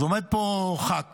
אז עומד פה ח"כ